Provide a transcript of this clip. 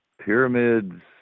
pyramids